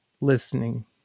listening